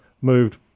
moved